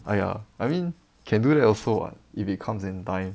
!aiya! I mean can do that also [what] if it comes in time